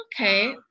okay